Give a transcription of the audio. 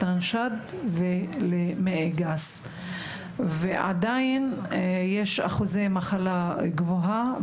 סרטן המעי הגס והחלחולת הוא המחלה הממאירה השנייה בשכיחותה בישראל.